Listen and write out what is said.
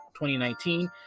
2019